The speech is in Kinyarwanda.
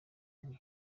nti